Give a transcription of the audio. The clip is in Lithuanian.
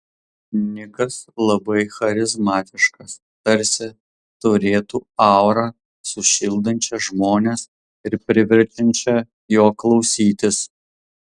nikas labai charizmatiškas tarsi turėtų aurą sušildančią žmones ir priverčiančią jo klausytis